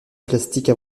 plastique